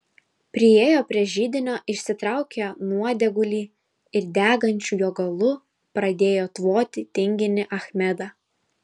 priėjo prie židinio išsitraukė nuodėgulį ir degančiu jo galu pradėjo tvoti tinginį achmedą